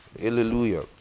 Hallelujah